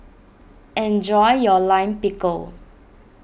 enjoy your Lime Pickle